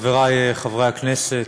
חברי חברי הכנסת,